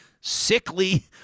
sickly